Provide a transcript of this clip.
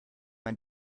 man